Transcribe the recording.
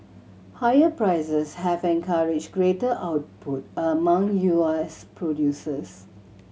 higher prices have encouraged greater output among U S producers